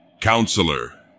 Counselor